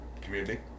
Community